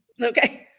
Okay